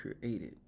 created